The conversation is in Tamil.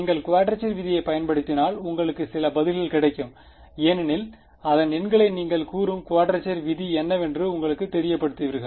நீங்கள் குவாட்ரச்சர் விதியைப் பயன்படுத்தினால் உங்களுக்கு சில பதில்கள் கிடைக்கும் ஏனெனில் அதன் எண்களை நீங்கள் கூறும் குவாட்ரச்சர் விதி என்னவென்று உங்களுக்குத் தெரியப்படுத்துவீர்கள்